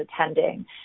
attending